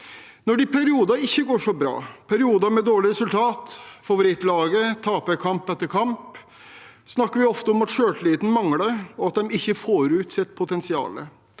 Når det i perioder ikke går så bra, i perioder med dårlig resultat, når favorittlaget taper kamp etter kamp, snakker vi ofte om at selvtilliten mangler, og at de ikke får ut sitt potensial.